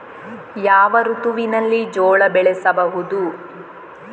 ಯಾವ ಋತುವಿನಲ್ಲಿ ಜೋಳ ಬೆಳೆಸಬಹುದು?